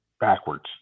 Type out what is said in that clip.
backwards